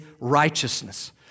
righteousness